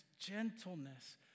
gentleness